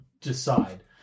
decide